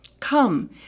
Come